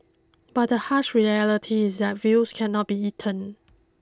but the harsh reality is that views cannot be eaten